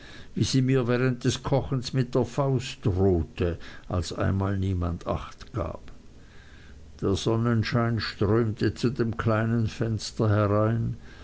wie sie mir während des kochens mit der faust drohte als einmal niemand acht gab der sonnenschein strömte zu dem kleinen fenster herein